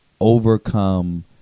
overcome